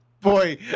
boy